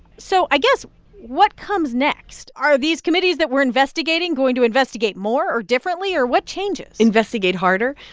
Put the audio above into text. so i guess what comes next? are these committees that were investigating going to investigate more or differently? or what changes? investigate harder.